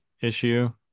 issue